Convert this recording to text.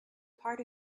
part